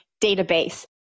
database